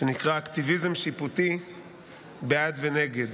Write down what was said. שנקרא "אקטיביזם שיפוטי בעד ונגד,